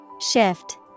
Shift